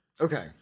Okay